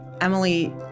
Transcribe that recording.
Emily